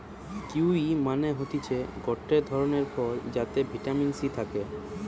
kiwi মানে হতিছে গটে ধরণের ফল যাতে ভিটামিন সি থাকে